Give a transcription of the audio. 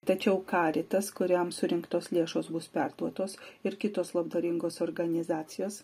tačiau karitas kuriam surinktos lėšos bus perduotos ir kitos labdaringos organizacijos